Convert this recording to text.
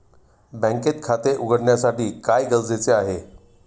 बँकेत खाते उघडण्यासाठी काय गरजेचे आहे?